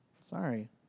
Sorry